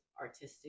artistic